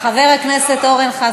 חבר הכנסת עבד אל חכים חאג' יחיא.